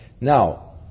Now